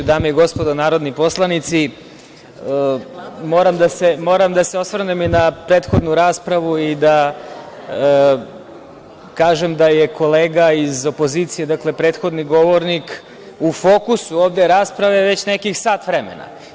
Dame i gospodo narodni poslanici, moram da se osvrnem i na prethodnu raspravu i da kažem da je kolega iz opozicije, dakle, prethodni govornik u fokusu ovde rasprave već nekih sat vremena.